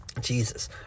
Jesus